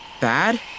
bad